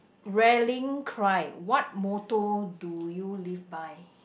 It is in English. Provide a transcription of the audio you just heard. rallying cry what motto do you live by